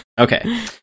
Okay